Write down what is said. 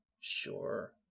Sure